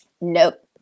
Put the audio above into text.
Nope